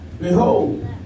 Behold